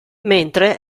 mentre